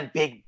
big